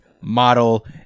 model